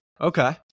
Okay